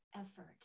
effort